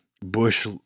Bush